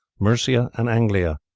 mercia, and anglia.